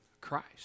Christ